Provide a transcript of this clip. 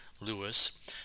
Lewis